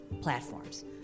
platforms